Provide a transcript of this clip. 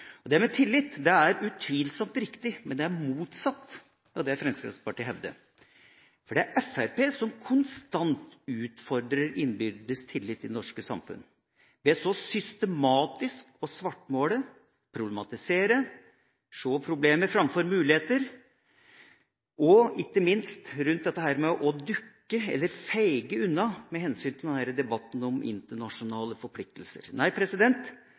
samfunnet». Det med tillit er utvilsomt riktig, men det er motsatt av det Fremskrittspartiet hevder. Det er Fremskrittspartiet som konstant utfordrer innbyrdes tillit i det norske samfunnet ved så systematisk å svartmale, problematisere, se problemer framfor muligheter og ikke minst dukke eller feige unna i debatten om internasjonale forpliktelser. Nei,